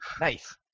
Nice